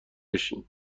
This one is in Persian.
بشین